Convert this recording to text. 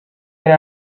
yari